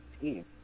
team